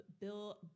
Bill